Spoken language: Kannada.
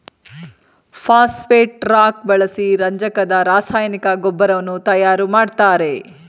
ಪಾಸ್ಪೆಟ್ ರಾಕ್ ಬಳಸಿ ರಂಜಕದ ರಾಸಾಯನಿಕ ಗೊಬ್ಬರವನ್ನು ತಯಾರು ಮಾಡ್ತರೆ